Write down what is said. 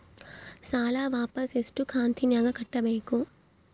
ಸಾಲ ವಾಪಸ್ ಎಷ್ಟು ಕಂತಿನ್ಯಾಗ ಕಟ್ಟಬೇಕು?